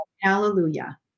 hallelujah